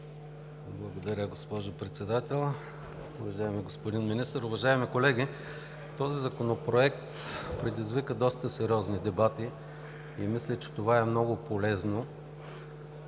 Благодаря, госпожо Председател. Уважаеми господин Министър, уважаеми колеги! Този законопроект предизвика доста сериозни дебати и мисля, че това е много полезно.